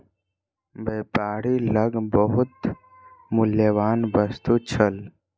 व्यापारी लग बहुत मूल्यवान वस्तु छल